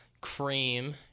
cream